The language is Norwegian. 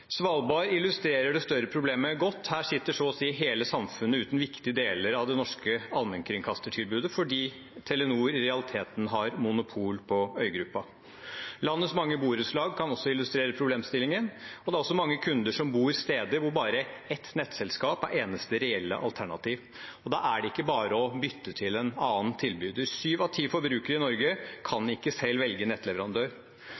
Svalbard illustrerer det større problemet godt. Her sitter så å si hele samfunnet uten viktige deler av det norske allmennkringkastertilbudet fordi Telenor i realiteten har monopol på øygruppen. Landets mange borettslag kan også illustrere problemstillingen. Det er også mange kunder som bor steder hvor bare ett nettselskap er eneste reelle alternativ, og da er det ikke bare å bytte til en annen tilbyder. Syv av ti forbrukere i Norge